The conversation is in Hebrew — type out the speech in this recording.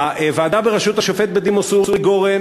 ועדה בראשות השופט בדימוס אורי גורן